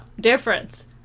difference